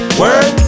word